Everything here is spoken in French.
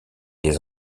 les